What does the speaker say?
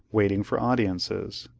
waiting for audiences.